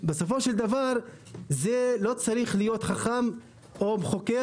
בסופו של דבר לא צריך להיות חכם או חוקר